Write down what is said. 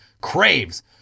craves